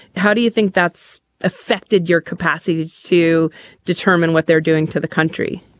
how do you think that's affected your capacity to determine what they're doing to the country?